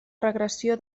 regressió